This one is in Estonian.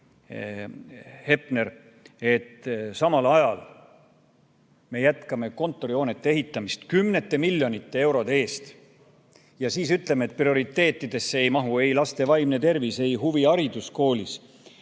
Heiki Hepner, samal ajal me jätkame kontorihoonete ehitamist kümnete miljonite eurode eest, öeldes, et prioriteetidesse ei mahu ei laste vaimne tervis ega huviharidus koolis.